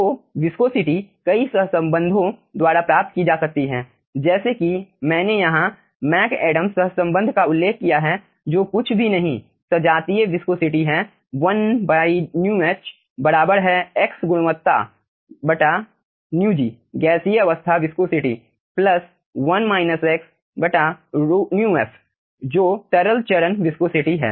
तो विस्कोसिटी कई सहसंबंधों द्वारा प्राप्त की जा सकती है जैसे कि मैंने यहां मैकएडम्स सहसंबंध का उल्लेख किया है जो कुछ भी नहीं सजातीय विस्कोसिटी है 1μh बराबर है x गुणवत्ताμg गैसीय अवस्था विस्कोसिटी प्लस μf जो तरल चरण विस्कोसिटी है